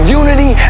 unity